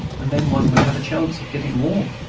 and then one would have a chance of getting warm.